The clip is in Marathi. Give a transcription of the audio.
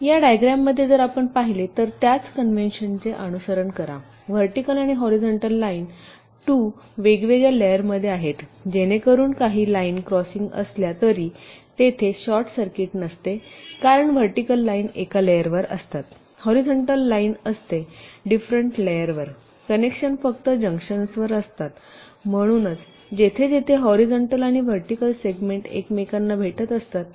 या डायग्रॅममध्ये जर आपण पाहिले तर त्याच कन्व्हेन्शनचे अनुसरण करा व्हर्टिकल आणि हॉरीझॉन्टल लाईन 2 वेगवेगळ्या लेयरमध्ये आहेत जेणेकरून काही लाईन क्रोससिंग असल्या तरी तेथे शॉर्ट सर्किट नसते कारण व्हर्टिकल लाईन एका लेयरवर असतात हॉरीझॉन्टल लाईन असते डिफरेंट लेयरवर कनेक्शन फक्त जंक्शनवर असतात म्हणूनच जेथे जेथे हॉरीझॉन्टल आणि व्हर्टिकल सेगमेंट एकमेकांना भेटत असतात